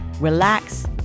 relax